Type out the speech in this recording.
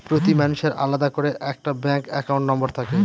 প্রতি মানুষের আলাদা করে একটা ব্যাঙ্ক একাউন্ট নম্বর থাকে